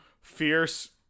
Fierce